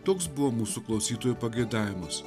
toks buvo mūsų klausytojų pageidavimas